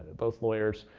both lawyers,